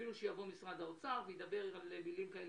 אפילו שיבוא משרד האוצר וידבר במילים כאלו